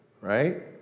right